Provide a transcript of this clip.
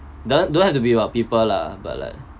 don't don't have to be about people lah but like